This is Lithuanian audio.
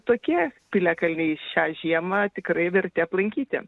tokie piliakalniai šią žiemą tikrai verti aplankyti